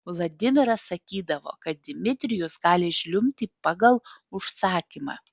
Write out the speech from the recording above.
vladimiras sakydavo kad dmitrijus gali žliumbti pagal užsakymą